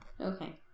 Okay